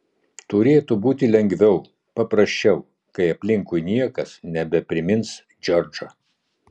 turėtų būti lengviau paprasčiau kai aplinkui niekas nebeprimins džordžo